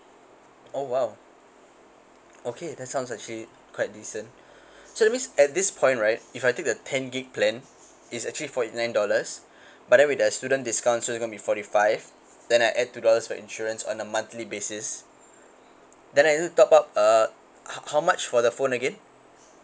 oh !wow! okay that sounds actually quite decent so that means at this point right if I take the ten gig plan is actually forty nine dollars but then with the student discount so it's gonna be forty five then I add two dollars for insurance on a monthly basis then I need top up uh how much for the phone again